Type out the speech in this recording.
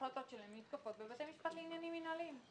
נתקפות בבתי משפט לעניינים מנהליים,